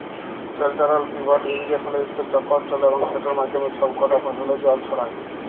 central pivot ইরিগেসলে ইকট চক্কর চলে এবং সেটর মাধ্যমে ছব কটা ফসলে জল ছড়ায়